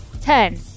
Ten